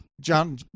John